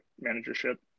managership